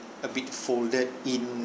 a bit folded in